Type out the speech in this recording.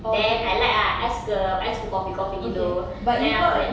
then I like ah ice cream ice cream coffee coffee gitu then after that